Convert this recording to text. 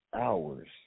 hours